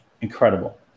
Incredible